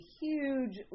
huge